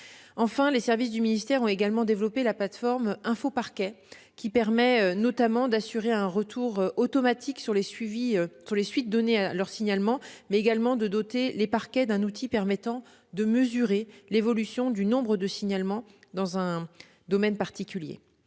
Enfin, les services du ministère ont également développé la plateforme InfoParquet qui permet non seulement d'assurer un retour automatique sur les suites données à leurs signalements, mais également de doter les parquets d'un outil permettant de mesurer l'évolution du nombre de signalements dans un domaine particulier.